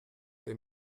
der